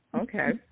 Okay